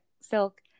silk